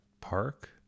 park